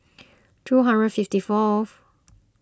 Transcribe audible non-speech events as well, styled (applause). (noise) two hundred fifty fourth